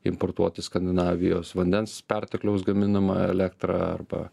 importuoti skandinavijos vandens pertekliaus gaminamą elektrą arba